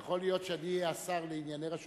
יכול להיות שאם אני אהיה השר לענייני רשות